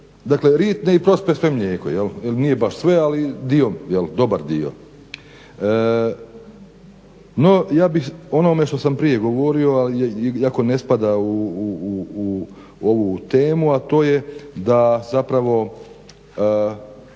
dakle ritne i prospe sve mlijeko jel, nije baš sve ali dio, dobar dio. No ja bih o onome što sam prije govorio iako ne spada u ovu temu, a to je da zapravo